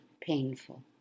painful